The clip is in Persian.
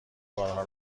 کارها